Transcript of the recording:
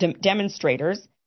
demonstrators